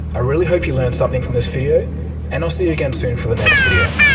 i really hope you learned something from this video and i'll see you again soon for the next video.